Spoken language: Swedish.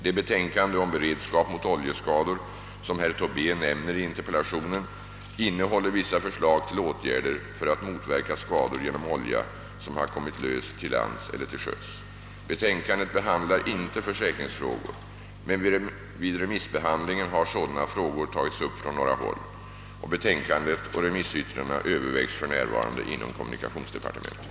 Det betänkande om beredskap mot oljeskador som herr Tobé nämner i interpellationen innehåller vissa förslag till åtgärder för att motverka skador genom olja som har kommit lös till lands. eller till sjöss. Betänkandet behandlar inte försäkringsfrågor, men vid remissbehandlingen har sådana frågor tagits upp från några håll. Betänkandet och remissyttrandena övervägs för närvarande inom kommunikationsdepartementet.